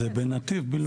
זה בנתיב בלבד.